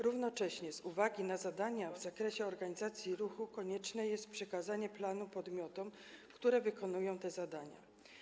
Równocześnie z uwagi na zadania w zakresie organizacji ruchu konieczne jest przekazanie planu podmiotom, które wykonują te zadania.